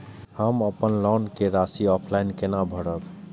हम अपन लोन के राशि ऑफलाइन केना भरब?